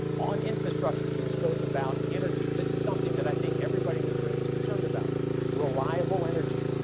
on infrastructure you spoke about energy. this is something that i think everybody in this room is concerned about reliable energy.